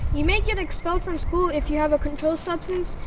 you may get expelled from school if you have a controlled substance,